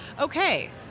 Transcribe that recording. Okay